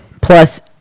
Plus